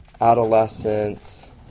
adolescence